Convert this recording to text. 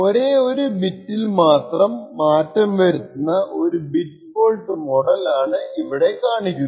ഒരേ ഒരു ബീറ്റിൽ മാത്രം മാറ്റം വരുത്തുന്ന ഒരു ബിറ്റ് ഫോൾട്ട് മോഡൽ ആണ് ഇവിടെ കാണിക്കുന്നത്